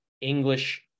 English